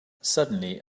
suddenly